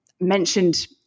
mentioned